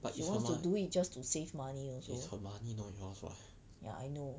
she want to do it just to save money also ya I know